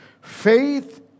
Faith